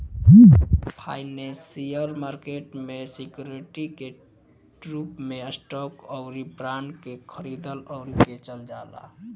financial market में security के रूप में स्टॉक अउरी बॉन्ड के खरीदल अउरी बेचल जाला